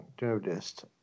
noticed